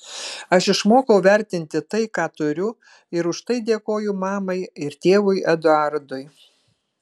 aš išmokau vertinti tai ką turiu ir už tai dėkoju mamai ir tėvui eduardui